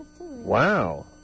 Wow